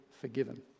forgiven